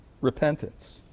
repentance